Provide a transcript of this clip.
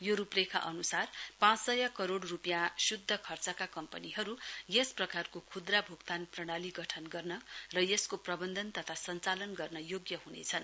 यो रूपरेखा अनुसार पाँच सय कोरङ रूपियाँ शुद्ध खर्चका कम्पनीहरू यस प्रकारको खुद्गा भूक्तान प्रणाली गठन गर्न र यसको प्रबन्धन तथा सञ्चालन गर्न योग्य ह्नेछन्